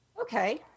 Okay